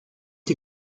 die